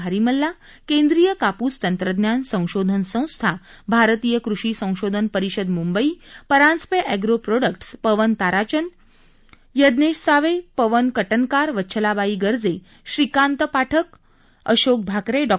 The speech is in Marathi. भारीमल्ला केंद्रीय कापूस तंत्रज्ञान संशोधन संस्था भारतीय कृषी संशोधन परिषद मुंबई परांजपे एग्रो प्रोडक्टस पवन ताराचंद यज्ञेश सावे पवन कटनकार वच्छलाबाई गर्जे श्रीकांत पाठक अशोक भाकरे डॉ